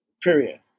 period